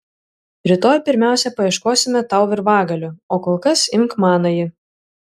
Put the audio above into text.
rytoj pirmiausia paieškosime tau virvagalio o kol kas imk manąjį